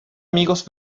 amigos